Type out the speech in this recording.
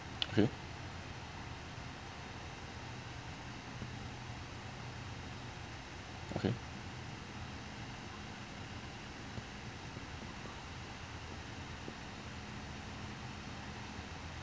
okay okay